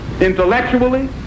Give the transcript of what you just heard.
intellectually